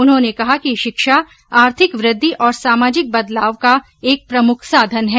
उन्होंने कहा कि शिक्षा आर्थिक वृद्धि और सामाजिक बदलाव का एक प्रमुख साधन है